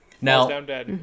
Now